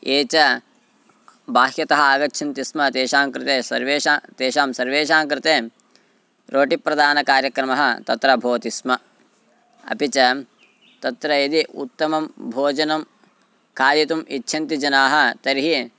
ये च बाह्यतः आगच्छन्ति स्म तेषां कृते सर्वेषा तेषां सर्वेषां कृते रोटिप्रदानकार्यक्रमः तत्र भवति स्म अपि च तत्र यदि उत्तमं भोजनं खादितुम् इच्छन्ति जनाः तर्हि